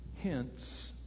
Hence